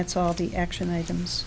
that's all the action items